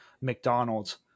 mcdonald's